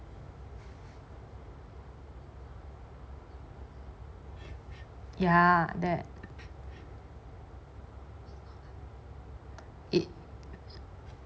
ya that it